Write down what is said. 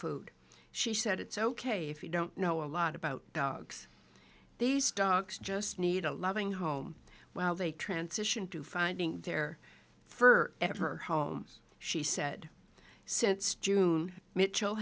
food she said it's ok if you don't know a lot about dogs these dogs just need a loving home well they transition to finding their fur at her home she said since june mitchell